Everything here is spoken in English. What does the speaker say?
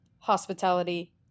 Hospitality